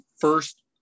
first